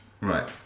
Right